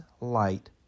light